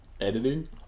editing